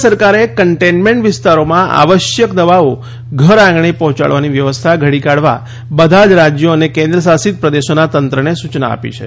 કેન્દ્ર સરકારે કન્ટેનમેન્ટ વિસ્તારોમાં આવશ્યક દવાઓ ઘરઆંગણે પહોંચાડવાની વ્યવસ્થા ઘડી કાઢવા બધા જ રાજ્યો અને કેન્દ્ર શાસિત પ્રદેશોના તંત્રને સૂયના આપી છે